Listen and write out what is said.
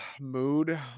mood